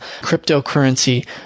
cryptocurrency